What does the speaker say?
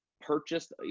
purchased